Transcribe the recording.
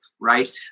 right